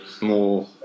More